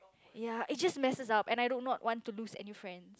ya it just messes up and I do not want to lose any friends